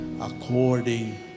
according